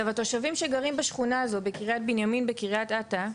התושבים שגרים בשכונה הזו בקריית בנימין בקריית אתא,